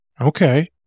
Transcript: Okay